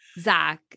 Zach